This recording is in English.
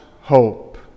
hope